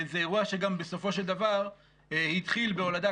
זה אירוע שגם בסופו של דבר התחיל בהולדה,